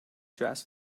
jazz